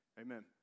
Amen